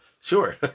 Sure